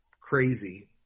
crazy